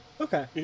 Okay